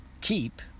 keep